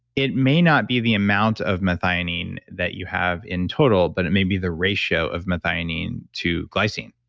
it may not be the amount of methionine that you have in total but it maybe the ratio of methionine to glycine.